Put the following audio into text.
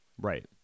Right